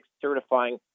certifying